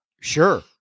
Sure